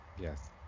Yes